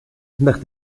nach